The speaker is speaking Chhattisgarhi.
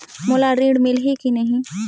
मोला ऋण मिलही की नहीं?